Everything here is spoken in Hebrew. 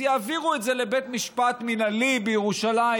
אז יעבירו את זה לבית משפט מינהלי בירושלים,